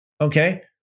okay